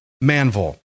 Manville